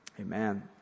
Amen